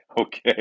okay